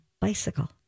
bicycle